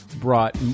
brought